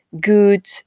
Good